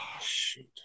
Shoot